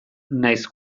nahiz